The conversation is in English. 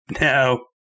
no